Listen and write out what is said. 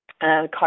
car